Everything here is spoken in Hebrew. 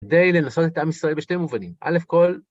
כדי לנסות את עם ישראל בשתי מובנים. אלף כול